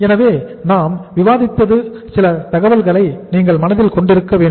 எனவே நாம் விவாதித்தது சில தகவல்களை நீங்கள் மனதில் கொண்டிருக்க வேண்டும்